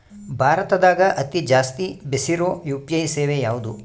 ಭಾರತದಗ ಅತಿ ಜಾಸ್ತಿ ಬೆಸಿರೊ ಯು.ಪಿ.ಐ ಸೇವೆ ಯಾವ್ದು?